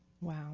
Wow